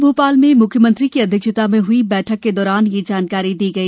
कल भोपाल में मुख्यमंत्री की अध्यक्षता में हई बैठक के दौरान ये जानकारी दी गई